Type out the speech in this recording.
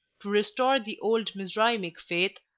to restore the old mizraimic faith,